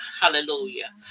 hallelujah